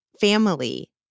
family